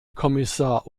kommissar